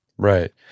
Right